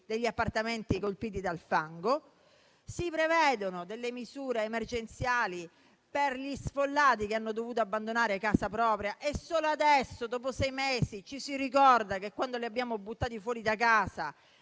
degli appartamenti colpiti dal fango. Si prevedono delle misure emergenziali per gli sfollati che hanno dovuto abbandonare la propria casa e solo adesso, dopo sei mesi, ci si ricorda di quando li abbiamo buttati fuori da casa.